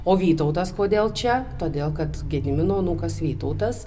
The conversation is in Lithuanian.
o vytautas kodėl čia todėl kad gedimino anūkas vytautas